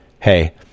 Hey